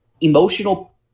emotional